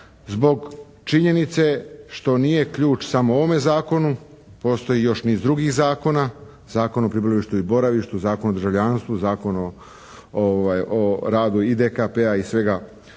zbog činjenice što nije ključ samo ovome zakonu. Postoji još niz drugih zakona, Zakon o prebivalištu i boravištu, Zakon o državljanstvu, Zakon o radu i DKP-a i svega